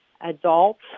Adults